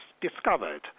discovered